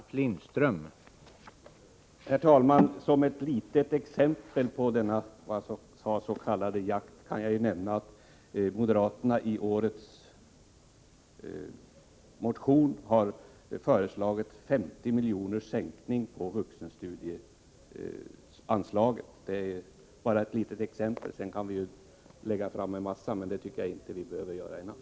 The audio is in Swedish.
Herr talman! Som ett litet exempel på denna s.k. jakt kan jag nämna att moderaterna i årets motion på det här området har föreslagit en sänkning med 50 milj.kr. av vuxenstudiestödsanslaget. Det är bara ett exempel bland många andra, men dem tycker jag inte att vi bör diskutera i kväll.